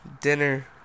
dinner